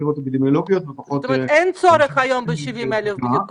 חקירות אפידמיולוגיות ופחות אנשים שצריכים בדיקה.